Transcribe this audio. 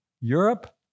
Europe